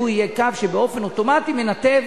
שהוא יהיה קו שבאופן אוטומטי מנתב